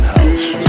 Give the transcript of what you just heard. House